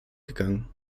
gegangen